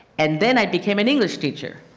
and then i became an english teacher.